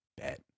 Bet